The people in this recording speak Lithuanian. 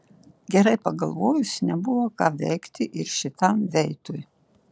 gerai pagalvojus nebuvo ką veikti ir šitam veitui